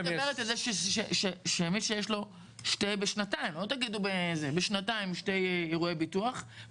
מדברת על זה שמי שיש לו בשנתיים שתי אירועי ביטוח,